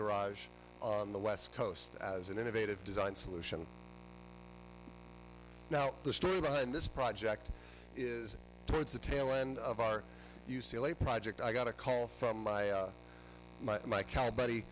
garage on the west coast as an innovative design solution now the story behind this project is towards the tail end of our u c l a project i got a call from my my my cal buddy